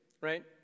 right